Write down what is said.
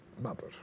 mother